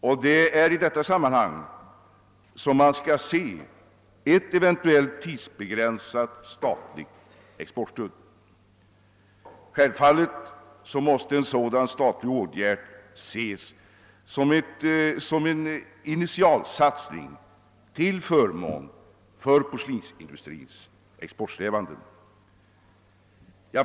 Och det är i detta sammanhang som man skall se ett eventuellt tidsbegränsat statligt exportstöd. Självfallet måste en: så-- dan statlig åtgärd betraktas som en initialsatsning till förmån för porslinsin dustrins exportsträvanden.